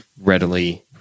readily